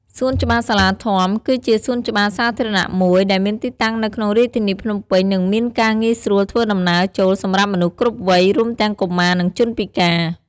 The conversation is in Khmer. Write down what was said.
សួនច្បារសាលាធម្ម គឺជាសួនច្បារសាធារណៈមួយដែលមានទីតាំងនៅក្នុងរាជធានីភ្នំពេញ និងមានការងាយស្រួលធ្វើដំណើរចូលសម្រាប់មនុស្សគ្រប់វ័យ រួមទាំងកុមារ និងជនពិការ។